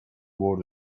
برد